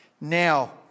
now